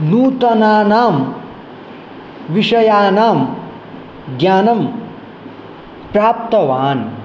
नूतनानां विषयानां ज्ञानं प्राप्तवान्